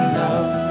love